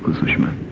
sushma!